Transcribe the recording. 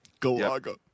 galaga